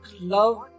love